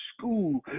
school